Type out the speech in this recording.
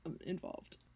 involved